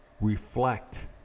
reflect